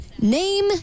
Name